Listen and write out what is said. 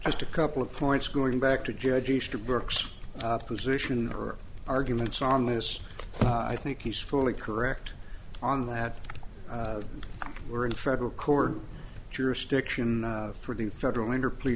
just a couple of points going back to judge easter burks opposition or arguments on this i think he's fully correct on that we're in federal court jurisdiction for the federal interplay